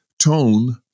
tone